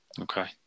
Okay